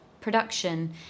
production